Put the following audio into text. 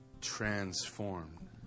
transformed